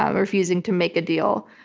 um refusing to make a deal.